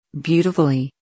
Beautifully